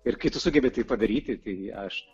ir kai tu sugebi tai padaryti tai aš